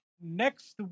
next